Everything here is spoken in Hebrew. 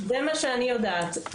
זה מה שאני יודעת.